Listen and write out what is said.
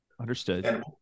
understood